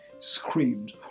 Screamed